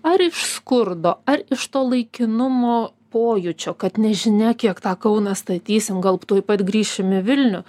ar iš skurdo ar iš to laikinumo pojūčio kad nežinia kiek tą kauną statysim gal tuoj pat grįšim į vilnių